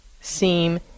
seem